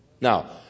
Now